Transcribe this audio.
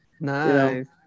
Nice